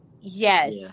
Yes